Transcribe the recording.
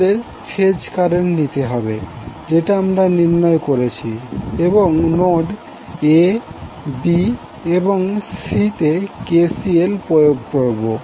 আমাদের phase current নিতে হবে যেটা আমরা নির্ণয় করেছি এবং নোড A B এবং C তে KCL প্রয়োগ করবো